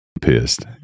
pissed